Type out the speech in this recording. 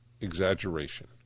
exaggeration